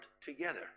together